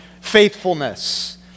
faithfulness